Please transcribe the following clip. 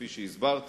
כפי שהסברתי.